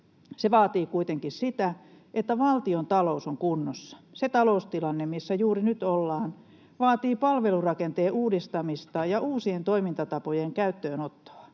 Se vaatii kuitenkin sitä, että valtion talous on kunnossa. Se taloustilanne, missä juuri nyt ollaan, vaatii palvelurakenteen uudistamista ja uusien toimintatapojen käyttöönottoa.